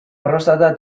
prostata